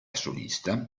solista